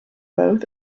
both